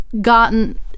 gotten